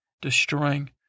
destroying